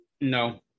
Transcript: No